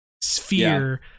sphere